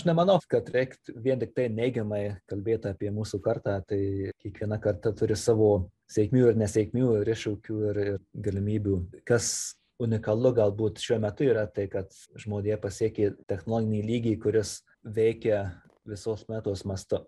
aš nemanau kad reikt vien tiktai neigiamai kalbėt apie mūsų kartą tai kiekviena karta turi savo sėkmių ir nesėkmių ir iššūkių ir ir galimybių kas unikalu galbūt šiuo metu yra tai kad žmonija pasiekė technologinį lygį kuris veikia visos planetos mastu